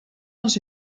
dans